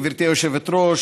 גברתי היושבת-ראש,